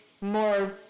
more